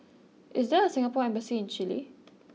is there a Singapore embassy in Chile